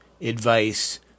Advice